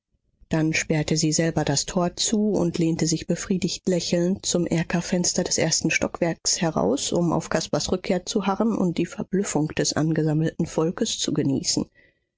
dann sperrte sie selber das tor zu und lehnte sich befriedigt lächelnd zum erkerfenster des ersten stockwerks heraus um auf caspars rückkehr zu harren und die verblüffung des angesammelten volkes zu genießen